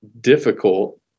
difficult